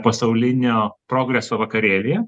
pasaulinio progreso vakarėlyje